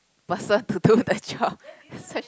person to do the job search